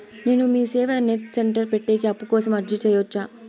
నేను MeeSeva net centre పెట్టేకి అప్పు కోసం అర్జీ సేయొచ్చా?